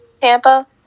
Tampa